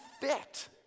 fit